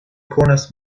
konas